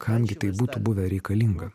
kam gi tai būtų buvę reikalinga